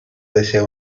desea